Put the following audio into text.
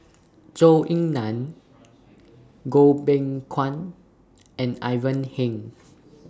Zhou Ying NAN Goh Beng Kwan and Ivan Heng